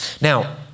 Now